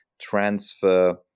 transfer